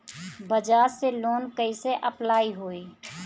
बज़ाज़ से लोन कइसे अप्लाई होई?